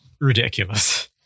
ridiculous